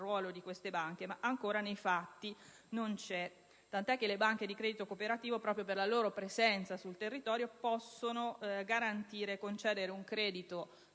del ruolo di queste banche, ma ancora nei fatti non c'è. Le banche di credito cooperativo proprio per la loro presenza sul territorio possono garantire e concedere un credito